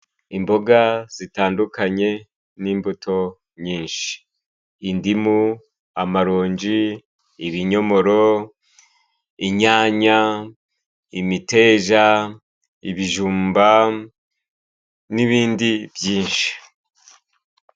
Imboga zitandukanye n'imbuto nyinshi : indimu, amaronji, ibinyomoro, inyanya, imiteja, ibijumba n'ibindi byinshi.